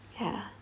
ya